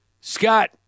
Scott